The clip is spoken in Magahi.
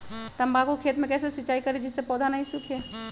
तम्बाकू के खेत मे कैसे सिंचाई करें जिस से पौधा नहीं सूखे?